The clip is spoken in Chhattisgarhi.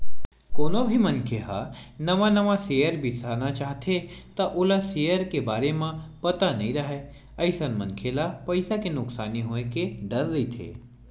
कोनो भी मनखे ह नवा नवा सेयर बिसाना चाहथे त ओला सेयर के बारे म पता नइ राहय अइसन मनखे ल पइसा के नुकसानी होय के डर रहिथे